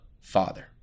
Father